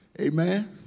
Amen